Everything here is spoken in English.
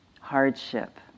hardship